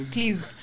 Please